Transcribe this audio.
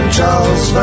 Charles